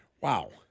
Wow